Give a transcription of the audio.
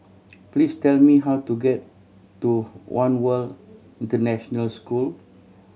please tell me how to get to One World International School